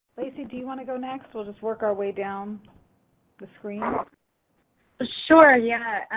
lacy, do you want to go next? we'll just work our way down the screen. but ah sure, yeah,